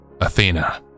Athena